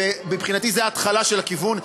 מבחינתי, זו התחלה של הכיוון.